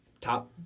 top